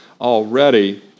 already